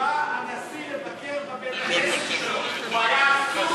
כשבא הנשיא לבקר בבית-הכנסת שלו הוא היה עסוק.